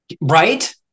Right